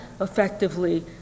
effectively